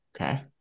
Okay